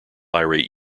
irate